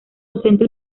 docente